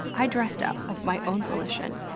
i dressed up, of my own volition,